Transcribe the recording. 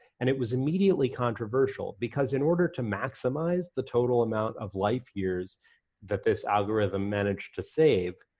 and it was immediately controversial because in order to maximize the total amount of life years that this algorithm managed to save,